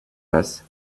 face